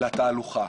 לתהלוכה.